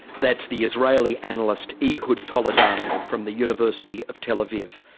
that's the israeli analyst ehud toledano from the university of tel aviv.